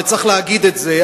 וצריך להגיד את זה,